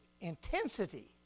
intensity